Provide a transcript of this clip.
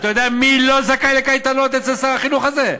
אתה יודע מי לא זכאי לקייטנות אצל שר החינוך הזה?